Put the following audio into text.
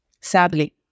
sadly